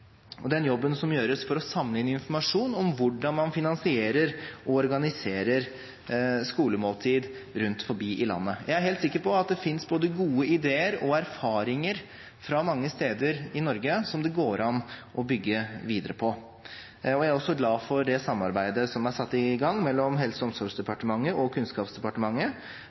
og den jobben som gjøres for å samle inn informasjon om hvordan man finansierer og organiserer skolemåltider rundt omkring i landet. Jeg er helt sikker på at det finnes både gode ideer og erfaringer mange steder i Norge som det går an å bygge videre på. Jeg er også glad for det samarbeidet som er satt i gang mellom Helse- og omsorgsdepartementet og Kunnskapsdepartementet